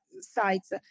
sites